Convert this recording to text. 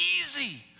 easy